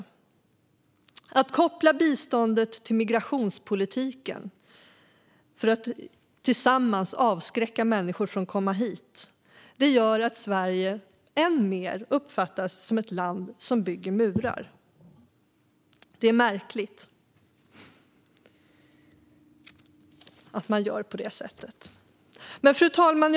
Man kopplar biståndet till migrationspolitiken för att tillsammans avskräcka människor från att komma hit. Det gör att Sverige än mer uppfattas som ett land som bygger murar. Det är märkligt att man gör på det sättet. Fru talman!